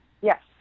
Yes